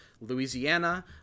Louisiana